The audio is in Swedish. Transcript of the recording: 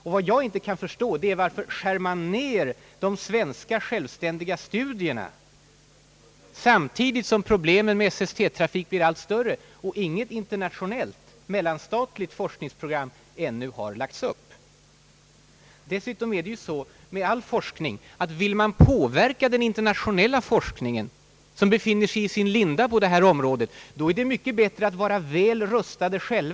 Men vad jag inte kan förstå är att man skär ned de svenska självständiga studierna, samtidigt som problemen med SST-trafiken blir allt större och något internationellt = mellanstatligt forskningsprogram ännu inte har lagts upp. Det är dessutom så med all forskning att om man vill påverka den internationella mellanstatliga forskningen, som på detta område befinner sig i sin linda, är det mycket bättre att vara väl rustad själv.